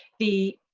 the